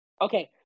Okay